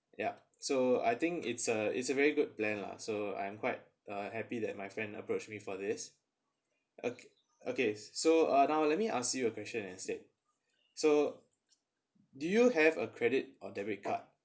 ya so I think it's a it's a very good plan lah so I'm quite uh happy that my friend approached me for this uh okay so uh now let me ask you a question instead so do you have a credit or debit card